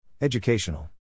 Educational